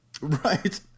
right